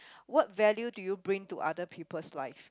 what value do you bring to other people's life